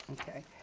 Okay